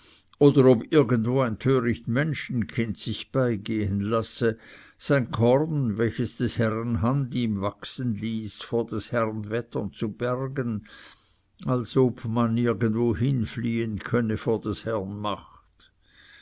oder ob irgendwo ein töricht menschenkind sich beigehen lasse sein korn welches des herren hand ihm wachsen ließ vor des herrn wettern zu bergen als ob man irgendwo hinfliehen könne vor des herrn macht